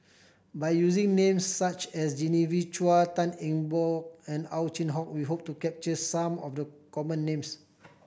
by using names such as Genevieve Chua Tan Eng Bock and Ow Chin Hock we hope to capture some of the common names